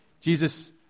Jesus